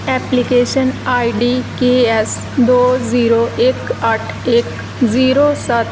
application I D K S ਦੋ zero ਇੱਕ ਅੱਠ ਇੱਕ ਜ਼ੀਰੋ ਸੱਤ